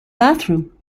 bathroom